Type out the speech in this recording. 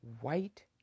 white